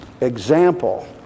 example